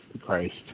Christ